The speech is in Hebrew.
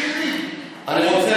מחירים, חבר הכנסת אשר.